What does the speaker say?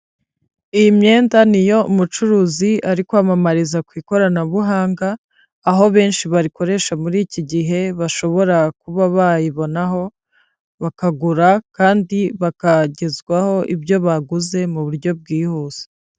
Iyi myenda ni iyo umucuruzi ari kwamamariza ku ikoranabuhanga, aho benshi barikoresha muri iki gihe bashobora kuba bayibonaho, bakagura kandi bakagezwaho ibyo baguze mu buryo bwihuse.